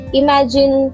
imagine